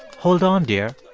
hold on, dear.